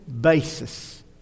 basis